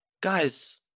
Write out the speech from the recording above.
guys